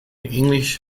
english